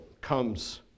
comes